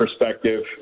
perspective